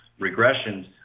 regressions